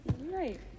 right